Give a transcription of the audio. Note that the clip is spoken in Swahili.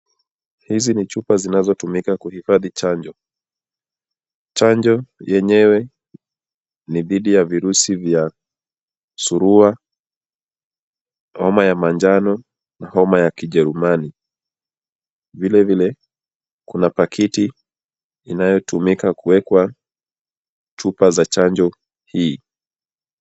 Hizi ni chupa zinazotumika kuhifadhi chanjo. Chanjo yenyewe ni dhidi ya virusi vya Surua, homa ya manjano na homa ya kijerumani. Vilevile kuna pakiti inayotumika kuwekwa chupa za chanjo hii.